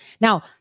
Now